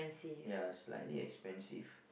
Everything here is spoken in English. ya it's slightly expensive